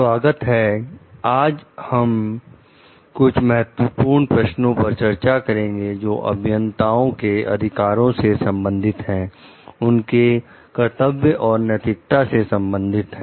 स्वागत है आज हम कुछ महत्वपूर्ण प्रश्नों पर चर्चा करेंगे जो अभियंताओं के अधिकारों से संबंधित हैं उनके कर्तव्य और नैतिकता से संबंधित है